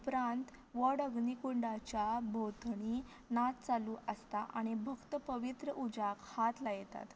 उपरांत व्हड अग्नी कुंडाच्या भोंवतणी नाच चालू आसता आनी भक्त पवीत्र उज्याक हात लायतात